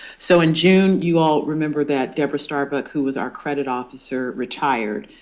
so in june, you all remember that deborah starbuck, who was our credit officer, retired.